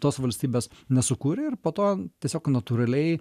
tos valstybės nesukūrė ir po to tiesiog natūraliai